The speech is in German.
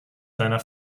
seiner